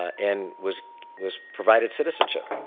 and was was provided citizenship.